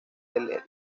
desde